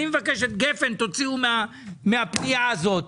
אני מבקש שאת גפן תוציאו מהפנייה הזאת.